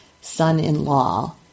son-in-law